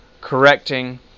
correcting